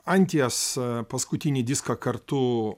anties paskutinį diską kartu